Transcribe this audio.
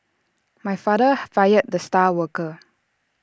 my father hi fired the star worker